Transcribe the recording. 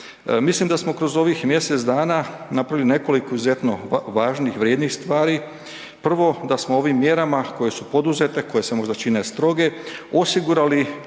Mislim da smo kroz ovih mjesec dana napravili nekoliko izuzetno važnih, vrijednih stvari. Prvo, da smo ovim mjerama koje su poduzete, koje se možda čine stroge osigurali